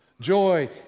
Joy